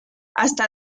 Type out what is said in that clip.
hasta